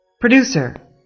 Producer